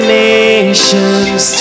nations